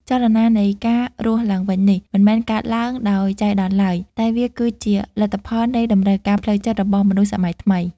ចលនានៃការរស់ឡើងវិញនេះ មិនមែនកើតឡើងដោយចៃដន្យឡើយ តែវាគឺជាលទ្ធផលនៃតម្រូវការផ្លូវចិត្តរបស់មនុស្សសម័យថ្មី។